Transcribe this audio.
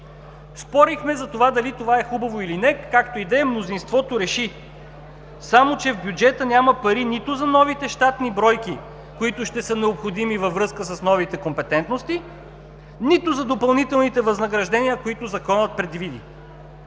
Спорихме за това дали това е хубаво или не. Както и да е, мнозинството реши. Само че в бюджета няма пари нито за новите щатни бройки, които ще са необходими във връзка с новите компетентности, нито за допълнителните възнаграждения, които законът предвиди.